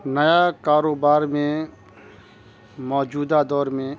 نیا کاروبار میں موجودہ دور میں